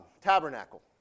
tabernacle